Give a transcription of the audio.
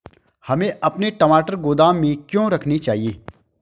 हमें अपने टमाटर गोदाम में क्यों रखने चाहिए?